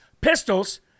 pistols